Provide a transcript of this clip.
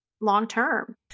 long-term